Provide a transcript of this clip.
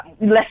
less